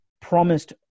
promised